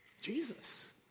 Jesus